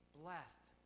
blessed